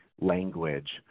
language